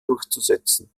durchzusetzen